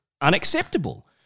unacceptable